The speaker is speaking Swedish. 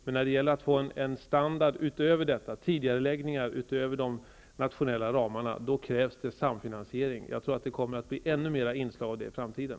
Men när det gäller att få en standard utöver detta, dvs. tidigareläggningar utöver de nationella ramarna, krävs det samfinansiering. Jag tror att vi kommer att se ännu fler sådana inslag i framtiden.